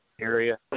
area